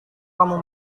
kamu